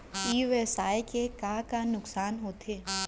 ई व्यवसाय के का का नुक़सान होथे?